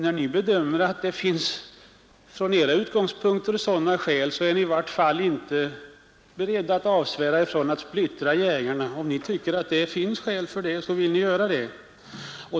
Om ni tycker att det finns skäl för att splittra så vill ni göra det.